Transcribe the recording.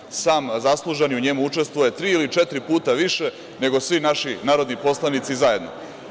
Dakle, sam zasluženo u njemu učestvuje tri ili četiri puta više nego svi naši narodni poslanici zajedno.